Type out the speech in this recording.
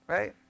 Right